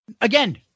again